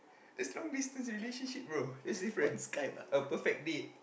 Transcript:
that's not business relationship bro is different a perfect date